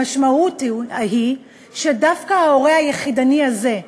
המשמעות היא שדווקא ההורה היחידני הזה,